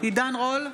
עידן רול,